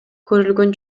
көрүлгөн